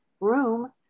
room